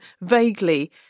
vaguely